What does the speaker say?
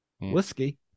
whiskey